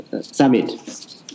summit